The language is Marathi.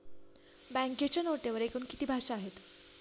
बँकेच्या नोटेवर एकूण किती भाषा आहेत?